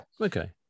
okay